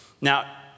Now